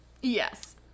yes